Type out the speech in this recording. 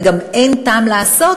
וגם אין טעם לעשות,